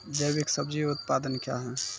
जैविक सब्जी उत्पादन क्या हैं?